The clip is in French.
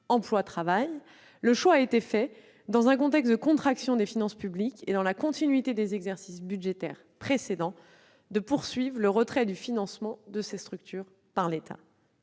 emploi », le choix a été fait, dans un contexte de contraction des finances publiques et dans la continuité des exercices budgétaires précédents, de poursuivre le retrait du financement de ces structures par l'État.